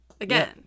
again